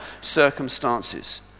circumstances